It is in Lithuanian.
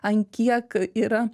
ant kiek yra